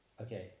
Okay